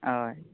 हय